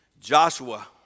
Joshua